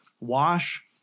Wash